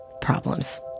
problems